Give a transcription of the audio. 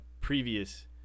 previous